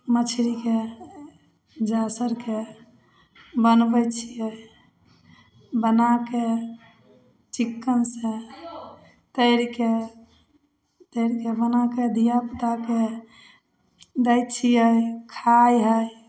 मछरीके जासरके बनबै छिए बनाके चिक्कनसँ तरिके तरिके बनाके धिआपुताके दै छिए ओ खाइ हइ